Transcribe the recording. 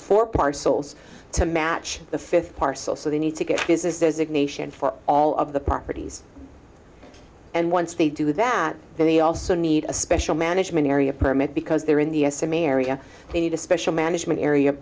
four parcels to match the fifth parcel so they need to get business designation for all of the properties and once they do that then they also need a special management area permit because they're in the s m a area they need a special management area